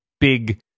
big